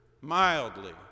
mildly